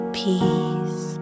peace